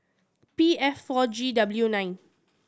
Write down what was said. P F four G W nine